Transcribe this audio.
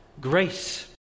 grace